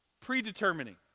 predetermining